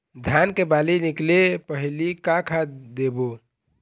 धान के बाली निकले पहली का खाद देबो?